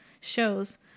shows